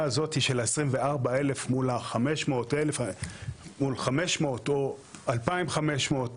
הזאת של ה-24,000 מול ה-500 או 2,500,